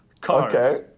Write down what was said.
cars